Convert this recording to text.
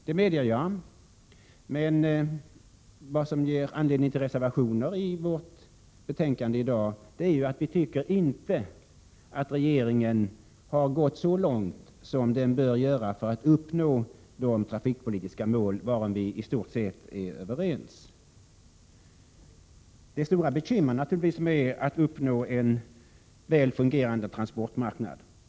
Jag medger det, men det som ger anledning till reservationer i vårt betänkande i dag är att vi inte tycker att regeringen har gått så långt som den bör göra för att vi skall uppnå de trafikpolitiska mål varom vi i stort sett är överens. Det finns naturligtvis stora bekymmer förenade med att uppnå en väl fungerande transportmarknad.